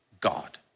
God